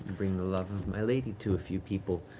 bring the love of my lady to a few people.